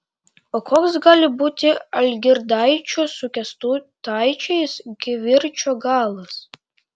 o koks gali būti algirdaičių su kęstutaičiais kivirčo galas